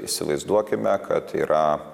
įsivaizduokime kad yra